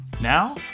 Now